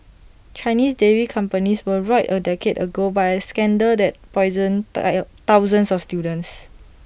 Chinese dairy companies were roiled A decade ago by A scandal that poisoned thousands of students